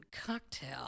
cocktail